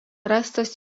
rastas